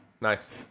Nice